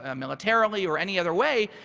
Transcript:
ah militarily or any other way,